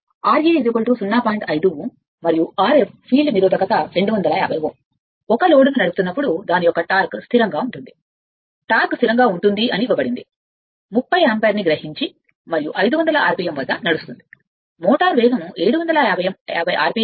5 Ω మరియు Rf field నిరోధకత 250 Ω ఉన్నాయి ఒక లోడ్ను నడుపుతున్నప్పుడు దాని యొక్క టార్క్ స్థిరంగా పడుతుంది టార్క్ స్థిరంగా ఇవ్వబడుతుంది 30 యాంపియర్ మరియు 500 rpm వద్ద నడుస్తుంది ఇది పెంచడానికి ఇష్టపడతారు మోటారు వేగం 750 rpm కి